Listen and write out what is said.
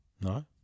No